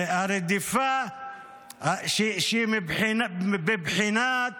הרדיפה שהיא בבחינת